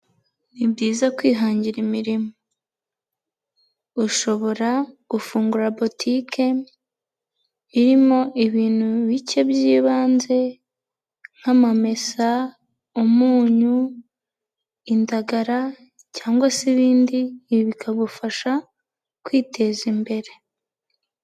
Ni byiza kwihangira imirimo ushobora gufungura botike irimo ibintu bike by'ibanze nk'amamesa, umunyu, indagara, cyangwa se ibindi, ibi bikagufasha kwiteza imbere.